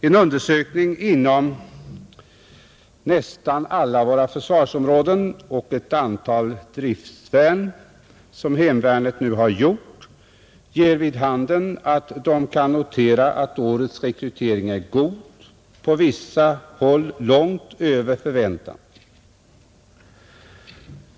En undersökning inom nästan alla våra försvarsområden och ett antal driftvärn som hemvärnet nu har gjort ger vid handen att de kan notera att årets rekrytering är god — på vissa håll långt över förväntan.